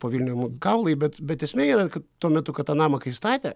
po vilnium kaulai bet bet esmė yra kad tuo metu kad tą namą kai statė